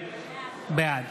בעד